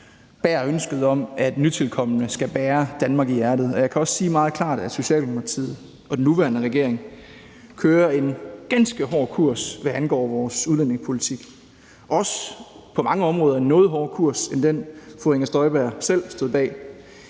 nærer ønsket om, at nytilkomne skal bære Danmark i hjertet, og jeg kan også sige meget klart, at Socialdemokratiet og det nuværende regering kører en ganske hård kurs, hvad angår vores udlændingepolitik – også på mange områder en noget hårdere kurs end den, fru Inger Støjberg selv stod bag